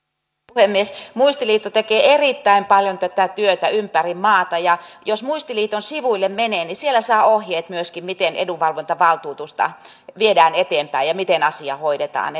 puhemies muistiliitto tekee erittäin paljon tätä työtä ympäri maata jos muistiliiton sivuille menee niin siellä saa ohjeet myöskin miten edunvalvontavaltuutusta viedään eteenpäin ja miten asia hoidetaan